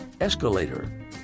escalator